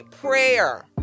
prayer